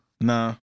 Nah